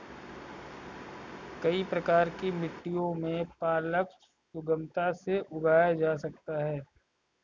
कई प्रकार की मिट्टियों में पालक सुगमता से उगाया जा सकता है